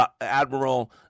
Admiral